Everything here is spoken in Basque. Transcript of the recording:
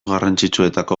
garrantzitsuetako